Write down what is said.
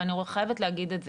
אני חייבת להגיד את זה,